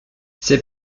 ses